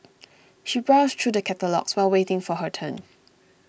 she browsed through the catalogues while waiting for her turn